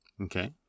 Okay